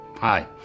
Hi